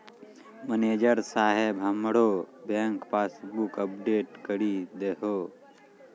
manager साहेब हमरो bank passbook update करि दहो